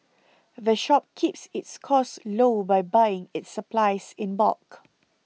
the shop keeps its costs low by buying its supplies in bulk